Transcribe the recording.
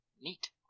Neat